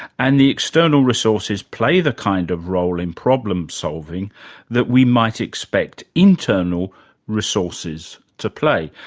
and the external resources play the kind of role in problem solving that we might expect internal resources to play.